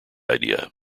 idea